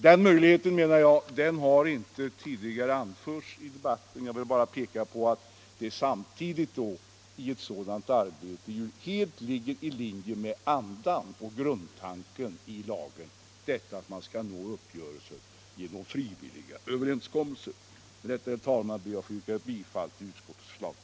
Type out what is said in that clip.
Den möjligheten har inte tidigare anförts i debatten, men jag vill påpeka att ett sådant tillvägagångssätt ligger helt i linje med andan och grund 93 att föra talan enligt marknadsföringslagen tanken i lagen, nämligen att man skall försöka nå uppgörelser genom frivilliga överenskommelser. Herr talman! Med detta ber jag att få yrka bifall till utskottets hemställan.